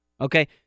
Okay